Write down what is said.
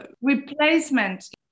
replacement